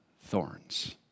thorns